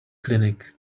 clinic